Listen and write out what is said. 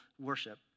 worship